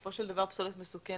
בסופו של דבר פסולת מסוכנת,